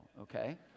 okay